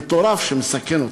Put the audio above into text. מטורף שמסכן אותך.